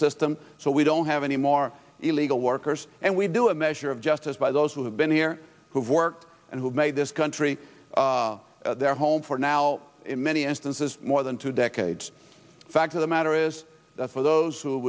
system so we don't have any more illegal workers and we do a measure of justice by those who have been here who've worked and who've made this country their home for now in many instances more than two decades the fact of the matter is that for those who